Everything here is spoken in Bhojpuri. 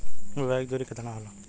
बुआई के दुरी केतना होला?